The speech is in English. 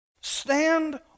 stand